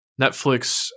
Netflix